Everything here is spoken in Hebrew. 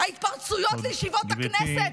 ההתפרצויות לישיבות הכנסת,